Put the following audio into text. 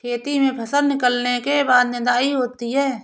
खेती में फसल निकलने के बाद निदाई होती हैं?